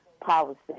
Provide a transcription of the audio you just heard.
Policy